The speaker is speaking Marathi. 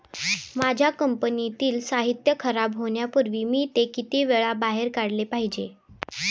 माझ्या कंपनीतील साहित्य खराब होण्यापूर्वी मी ते किती वेळा बाहेर काढले पाहिजे?